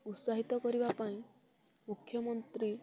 ଉତ୍ସାହିତ କରିବା ପାଇଁ ମୁଖ୍ୟମନ୍ତ୍ରୀ